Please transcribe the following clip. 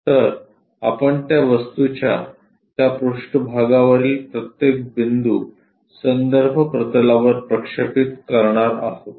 तर आपण त्या वस्तूच्या त्या पृष्ठभागावरील प्रत्येक बिंदू संदर्भ प्रतलावर प्रक्षेपित करणार आहोत